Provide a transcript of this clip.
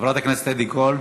חברת הכנסת זהבה גלאון,